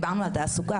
דברנו על תעסוקה,